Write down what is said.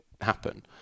happen